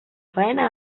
faena